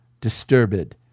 disturbed